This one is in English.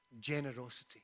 generosity